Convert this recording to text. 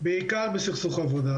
בעיקר בסכסוך העבודה,